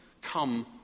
come